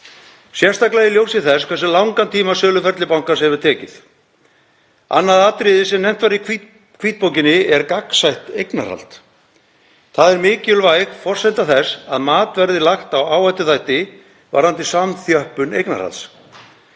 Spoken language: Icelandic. sérstaklega í ljósi þess hversu langan tíma söluferli bankans hefur tekið? Annað atriði sem nefnt var í hvítbókinni er gagnsætt eignarhald. Það er mikilvæg forsenda þess að mat verði lagt á áhættuþætti varðandi samþjöppun eignarhalds.